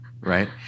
Right